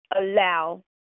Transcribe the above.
allow